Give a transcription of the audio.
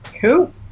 Cool